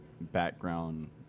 background